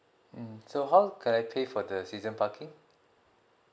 mm so how can I pay for the season parking